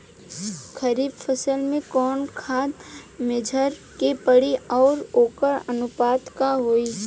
खरीफ फसल में कवन कवन खाद्य मेझर के पड़ी अउर वोकर अनुपात का होई?